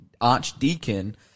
archdeacon